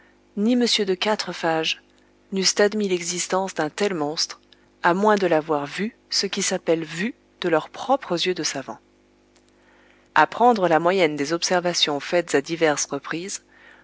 ni m de quatrefages n'eussent admis l'existence d'un tel monstre à moins de l'avoir vu ce qui s'appelle vu de leurs propres yeux de savants a prendre la moyenne des observations faites à diverses reprises